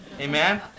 Amen